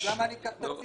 אז למה אני צריך תצהיר?